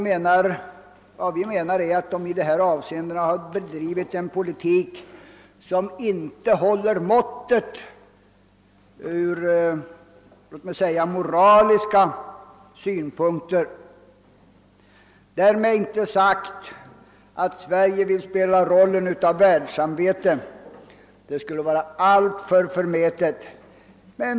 Men vi menar att de i dessa avseenden bedrivit en politik som inte håller måttet ur låt mig säga moraliska synpunkter. Därmed inte sagt att Sverige vill spela rollen av världssamvete; det skulle vara alltför förmätet.